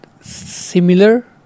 similar